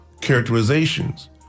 characterizations